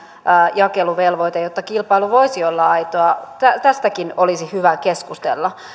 jakeluvelvoite jotta kilpailu voisi olla aitoa tästäkin olisi hyvä keskustella